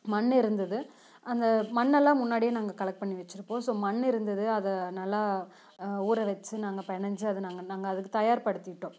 மண்ணு இருந்துது அந்த மண்ணெல்லாம் முன்னாடியே நாங்கள் கலெக்ட் பண்ணி வச்சுருப்போம் ஸோ மண்ணு இருந்துது அதை நல்லா ஊற வச்சு நாங்கள் பிணஞ்சி அதை நாங்கள் நாங்கள் அதுக்கு தயார்படுத்திகிட்டோம்